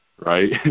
right